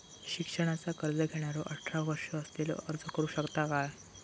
शिक्षणाचा कर्ज घेणारो अठरा वर्ष असलेलो अर्ज करू शकता काय?